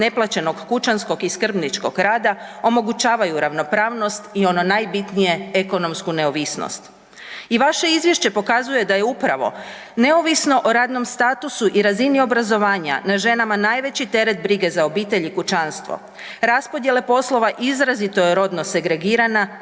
neplaćenog kućanskog i skrbničkog rada, omogućavaju ravnopravnost i ono najbitnije ekonomsku neovisnost. I vaše izvješće pokazuje da je upravo neovisno o radnom statusu i razini obrazovanja na ženama najveći teret brige za obitelj i kućanstvo, raspodjele poslova izrazito je rodno segregirana